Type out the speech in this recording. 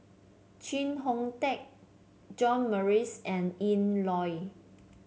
Chee Hong Tat John Morrice and Ian Loy